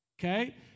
okay